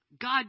God